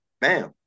bam